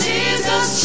Jesus